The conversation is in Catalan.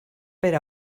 per